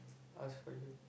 ask for you